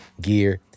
gear